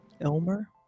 Elmer